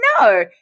No